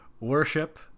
Worship